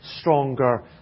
stronger